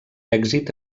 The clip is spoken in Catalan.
èxit